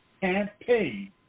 campaign